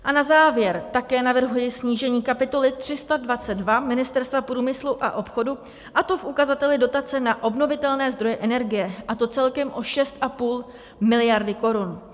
A na závěr také navrhuji snížení kapitoly 322 Ministerstva průmyslu a obchodu, a to v ukazateli dotace na obnovitelné zdroje energie, a to celkem o 6,5 miliardy korun.